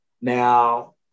Now